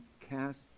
cast